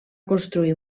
construir